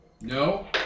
no